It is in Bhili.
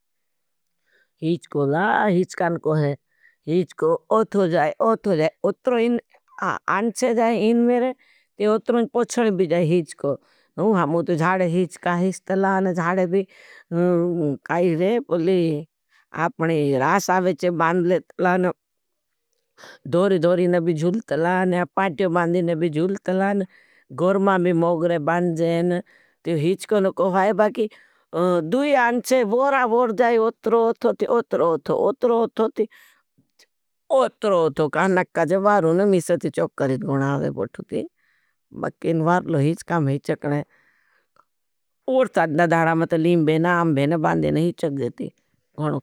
हीचको ला, हीचकान को है, हीचको अथो जाए, अथो जाए, अत्रो आंचे जाए इन मेरे, ते अत्रो पुछड़ी भी जाए हीचको। मुझे जाड़े हीचकां हीच तला, जाड़े भी काई रेपली आपने रास आवेचे बांद ले तला, धोरी धोरीने भी जुल तला। पाट्यो बांदीने भी जुल तला, गोरमां भी मोगरे बांद जेन, तो हीचकोन को है, बाकि दुई आंचे वोरा बोड जाए। अत्रो तो कहा, नक्का जे वारून मीसे ती चौक करेंच गुणा आवे बोट्थु ती। बक्केन वार लोहीच काम हीचकने, ऊर साद्ना धाड़ा मत लीम बेना, आम बेना बांदेन हीचक जेती, गुणो।